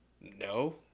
no